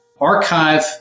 Archive